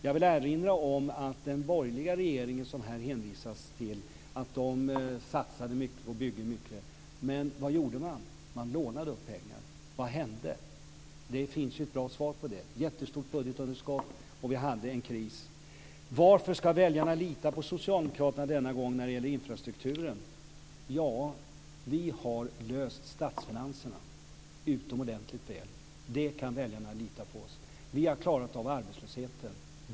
Jag vill erinra om att den borgerliga regeringen, som det har hänvisats till, satsade mycket och byggde mycket. Men vad gjorde man? Man lånade upp pengar. Vad hände? Det finns ett bra svar på den frågan. Det blev ett jättestort budgetunderskott, och vi hade en kris. Varför ska väljarna lita på Socialdemokraterna denna gång när det gäller infrastrukturen? Ja, vi har löst statsfinanserna utomordentligt väl. Därför kan väljarna lita på oss. Vi har klarat av arbetslösheten.